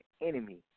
enemy